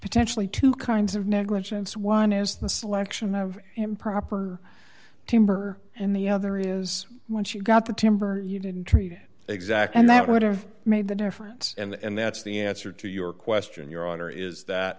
potentially two kinds of negligence one is the selection of improper timber and the other is when she got the timber you didn't treat it exact and that would have made the difference and that's the answer to your question your honor is that